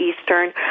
Eastern